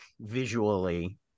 visually